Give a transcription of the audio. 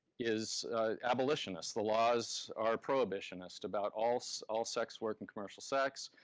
is abolitionist. the laws are prohibitionist about all so all sex work and commercial sex.